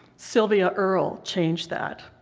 sylvia earle changed that.